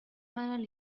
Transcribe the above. mona